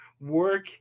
work